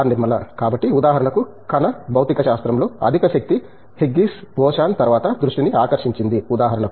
నిర్మలా కాబట్టి ఉదాహరణకు కణ భౌతిక శాస్త్రంలో అధిక శక్తి హిగ్స్ బోసాన్ తర్వాత దృష్టిని ఆకర్షించింది ఉదాహరణకు